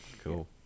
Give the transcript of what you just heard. Cool